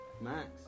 Max